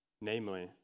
namely